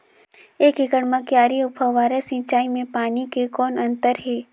एक एकड़ म क्यारी अउ फव्वारा सिंचाई मे पानी के कौन अंतर हे?